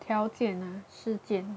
条件 ah 事件